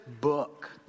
book